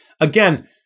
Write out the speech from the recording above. again